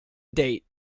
date